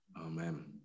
Amen